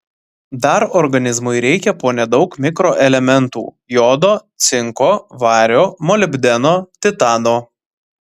dar organizmui reikia po nedaug mikroelementų jodo cinko vario molibdeno titano